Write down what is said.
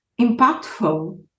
impactful